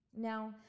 Now